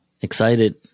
excited